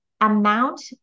amount